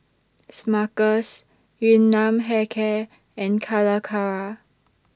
Smuckers Yun Nam Hair Care and Calacara